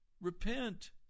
Repent